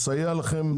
יסייע לכם?